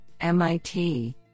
MIT